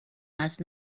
last